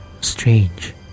strange